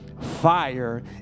fire